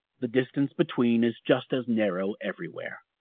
the distance between is just as narrow everywhere.